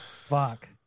Fuck